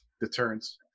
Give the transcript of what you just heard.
deterrence